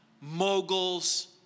mogul's